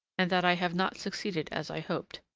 and that i have not succeeded as i hoped.